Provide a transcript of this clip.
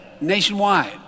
nationwide